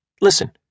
Listen